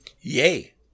Yay